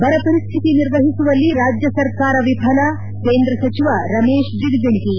ಬರ ಪರಿಸ್ತಿತಿ ನಿರ್ವಹಿಸುವಲ್ಲಿ ರಾಜ್ಯ ಸರ್ಕಾರ ವಿಫಲ ಕೇಂದ್ರ ಸಚಿವ ರಮೇಶ್ ಜಿಗಜಿಣಗಿ